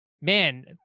Man